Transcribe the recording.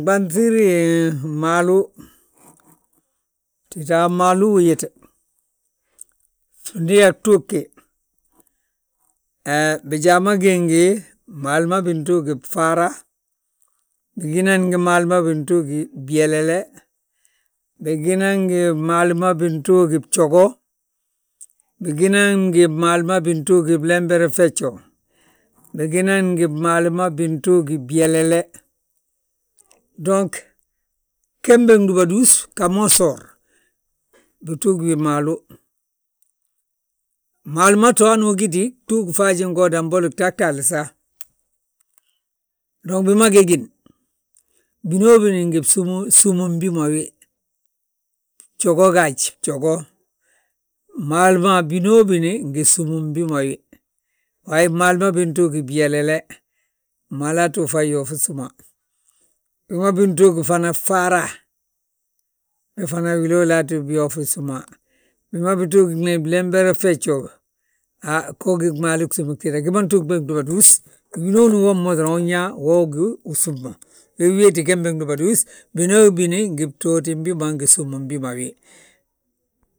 Nɓanŧiri maalu, tita a maalu uyete, ndi uyaa gtuugi, bijaa ma gí ngi, mmaalu ma bintuugi bfaara, bigínan ngi mmaalu bintuugi byeleele, bigínan ngi mmaalu ma bintuugi bjogo, bigínan ngi mmaali ma bintuugi blemberefejo, bigínan ngi mmaalu ma bintuugi, byeleele. Gembe gwúba dus, ggamosor, bituugi maalu, maalu ma to hanu ugiti gtuugi faajingooda, mbolo gtahtaala sa. dong bi ma ge gíni, binoobini ngi bsúmin bi ma wi, bjogo gaaj, bjogo, mmaalu ma binoobini ngi súmim bima wi. Waayi bmaalu bintuugi byeelele, maalaa ttu fayi yoofi súma. Wima bintuugi fana faara, be fana wiloolo aa ttu byoofi súma, bi ma bituugni blembere fejóo, go gí gmaalu gsúmi gtida gi ma ntuug be gdúba tus, winooni uwom mo ndúba tus unyaa wo gí usúmma. We wéeti gembe gdúba dus, binoobini ngi btootim bima, ngi súmim bima wi.